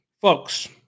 Folks